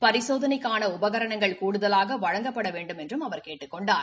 பரிசோதனைக்கான உபகரணங்கள் கூடுதலாக வழங்கப்பட வேண்டுமென்றும் அவர் கேட்டுக் கொண்டார்